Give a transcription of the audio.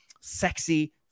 sexy